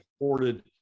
imported